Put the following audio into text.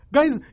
Guys